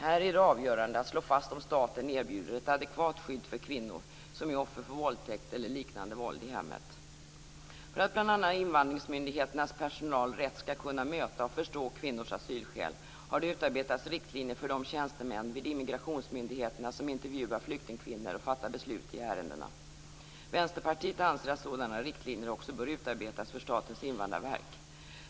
Här är det avgörande att slå fast om staten erbjuder ett adekvat skydd för kvinnor som är offer för våldtäkt eller liknande våld i hemmet. För att bl.a. invandringsmyndigheternas personal rätt skall kunna möta och förstå kvinnors asylskäl har det utarbetats riktlinjer för de tjänstemän vid immigrationsmyndigheterna som intervjuar flyktingkvinnor och som fattar beslut i ärendena. Vänsterpartiet anser att sådana riktlinjer också bör utarbetas för Statens Invandrarverk.